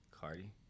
Cardi